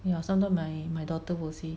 ya sometimes my my daughter will say